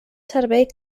servei